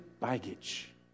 baggage